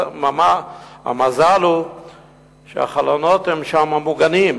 המזל הוא שהחלונות שם מוגנים,